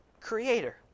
creator